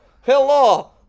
hello